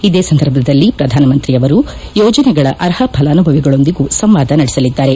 ಇದೇ ಸಂದರ್ಭದಲ್ಲಿ ಪ್ರಧಾನ ಮಂತ್ರಿ ಅವರು ಯೋಜನೆಗಳ ಅರ್ಹ ಫಲಾನುಭವಿಗಳೊಂದಿಗೂ ಸಂವಾದ ನಡೆಸಲಿದ್ದಾರೆ